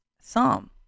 Psalm